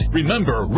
Remember